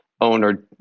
owner